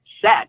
set